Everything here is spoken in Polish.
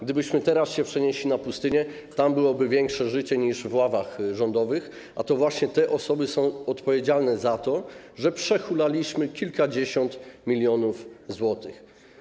Gdybyśmy teraz się przenieśli na pustynię, tam byłoby więcej życia niż w ławach rządowych, a to właśnie te osoby są odpowiedzialne za to, że przehulaliśmy kilkadziesiąt milionów złotych.